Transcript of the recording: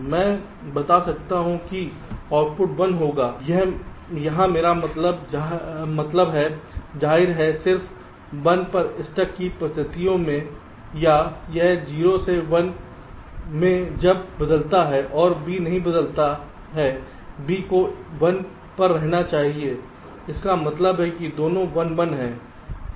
मैं बता सकता हूं कि आउटपुट 1 होगा यहां मेरा मतलब है जाहिर है सिर्फ 1 पर स्टक की परिस्थिति में या यह 0 से 1 मे जब बदलता है और B नहीं बदलता है B को 1 पर रहना चाहिए इसका मतलब है दोनों 1 1 है